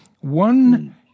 One